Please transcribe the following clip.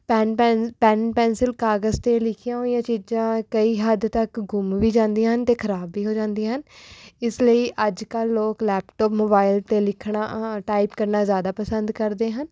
pen pen pen pencil ਕਾਗਜ਼ 'ਤੇ ਲਿਖੀਆਂ ਹੋਈਆਂ ਚੀਜ਼ਾਂ ਕਈ ਹੱਦ ਤੱਕ ਗੁੰਮ ਵੀ ਜਾਂਦੀਆਂ ਹਨ ਅਤੇ ਖਰਾਬ ਵੀ ਹੋ ਜਾਂਦੀਆਂ ਹਨ ਇਸ ਲਈ ਅੱਜ ਕੱਲ੍ਹ ਲੋਕ ਲੈਪਟੋਪ ਮੋਬਾਈਲ 'ਤੇ ਲਿਖਣਾ ਟਾਈਪ ਕਰਨਾ ਜ਼ਿਆਦਾ ਪਸੰਦ ਕਰਦੇ ਹਨ